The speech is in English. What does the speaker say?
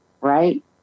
right